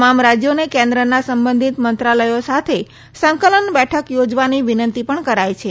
તમામ રાજ્યોને કેન્દ્રના સંબંધિત મંત્રાલયો સાથે સંકલન બેઠક યોજવાની વિનંતી પણ કરાઇ છે